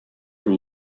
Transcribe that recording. who